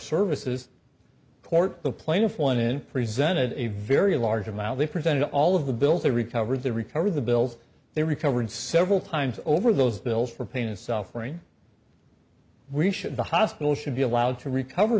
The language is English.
services toward the plaintiff one in presented a very large amount they presented all of the bills they recovered the recover the bills they recovered several times over those bills for pain and suffering we should the hospital should be allowed to recover